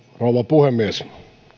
rouva puhemies